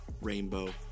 rainbow